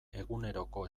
eguneroko